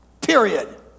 Period